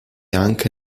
anche